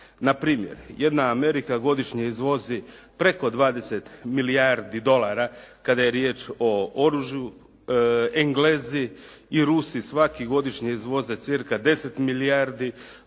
Na primjer jedna Amerika godišnje izvozi preko 20 milijardi dolara kada je riječ o oružju. Englezi i Rusi svaki godišnje izvoze cca 10 milijardi dolara.